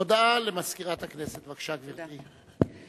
הודעה למזכירת הכנסת, בבקשה, גברתי.